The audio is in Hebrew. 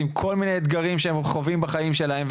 עם כל מיני אתגרים שהם חווים בחיים שלהם,